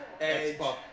Edge